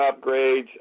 upgrades